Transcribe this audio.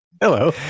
Hello